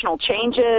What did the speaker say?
changes